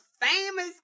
famous